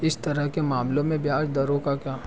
इस तरह के मामलों में ब्याज दरों का क्या